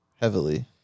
Heavily